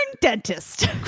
dentist